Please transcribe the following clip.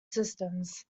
systems